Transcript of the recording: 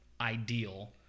ideal